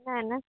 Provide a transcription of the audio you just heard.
ନାଁ ନାଁ